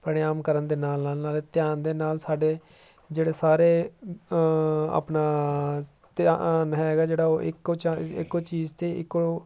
ਪ੍ਰਾਣਾਯਾਮ ਕਰਨ ਦੇ ਨਾਲ ਨਾਲ ਨਾਲੇ ਧਿਆਨ ਦੇ ਨਾਲ ਸਾਡੇ ਜਿਹੜੇ ਸਾਰੇ ਆਪਣਾ ਧਿਆਨ ਹੈਗਾ ਜਿਹੜਾ ਉਹ ਇੱਕੋ ਚਾਜ਼ ਇੱਕੋ ਚੀਜ਼ 'ਤੇ ਇੱਕੋ